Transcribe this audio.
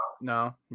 no